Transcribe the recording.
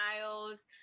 styles